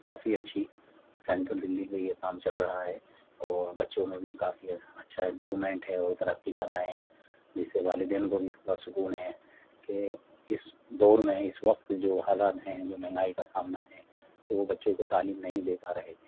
کافی اچھی سینٹرل دلی کا یہ کام چل رہا ہے اور بچوں میں بھی کافی اچھا امپرومینٹ ہے اور ترقی کر رہے ہیں جس سے والدین کو بھی تھوڑا سکون ہے کہ اس دور میں اس وقت جو حالات ہیں مہنگائی کا سامنا ہے کہ وہ بچوں کو تعلیم نہیں دے پا رہے تھے